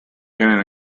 can